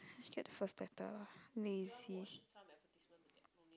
just get the first letter lah lazy